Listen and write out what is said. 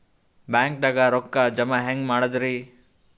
ಬ್ಯಾಂಕ್ದಾಗ ರೊಕ್ಕ ಜಮ ಹೆಂಗ್ ಮಾಡದ್ರಿ?